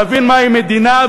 להבין מהי מדינה,